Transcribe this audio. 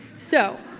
so.